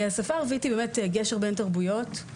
השפה הערבית היא גשר בין תרבויות,